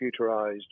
computerized